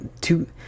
two